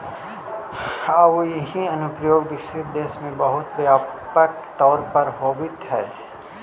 आउ इ अनुप्रयोग विकसित देश में बहुत व्यापक तौर पर होवित हइ